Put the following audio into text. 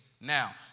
Now